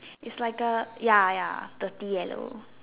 is like a ya ya dirty yellow